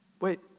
Wait